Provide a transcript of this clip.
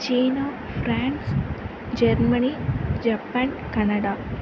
China France Germany Japan Canada